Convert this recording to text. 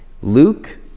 Luke